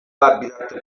habitat